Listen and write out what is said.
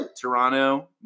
Toronto